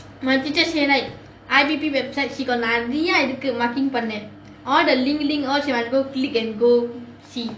my teacher say like I_B_P website she got நிறையா இருக்கு:niraiyaa irukku marking பண்ண:panna all the link link all she must go click and go see